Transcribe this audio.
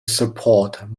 support